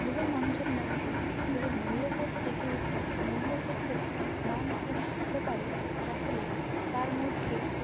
একজন মানুষের মধ্যে যদি মূল্যবোধ জেগে ওঠে মূল্যবোধের মান সে বুঝতে পারে তাহলে তার মধ্যে